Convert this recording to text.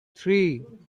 three